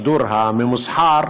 השידור הממוסחר,